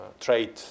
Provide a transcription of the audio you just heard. trade